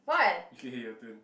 okay your turn